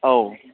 औ